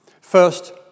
First